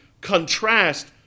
contrast